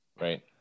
Right